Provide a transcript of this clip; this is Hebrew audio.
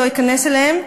לא אכנס אליהן,